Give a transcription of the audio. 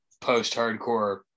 post-hardcore